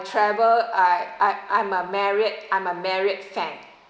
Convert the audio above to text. travel I I I'm a marriot I'm a marriot fan